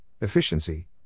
efficiency